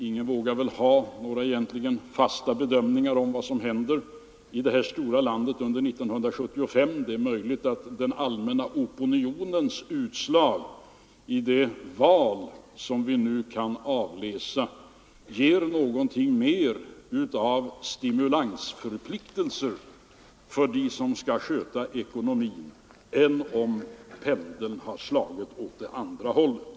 Ingen vågar väl göra några fasta bedömningar om vad som kommer att hända i det stora landet under 1975. Det är möjligt att den allmänna opinionens utslag i det val som vi nu kan avläsa ger något mer av stimulansförpliktelser för dem som skall sköta ekonomin än om pendeln hade slagit åt andra hållet.